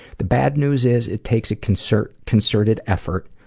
the bad news is, it takes a concerted concerted effort,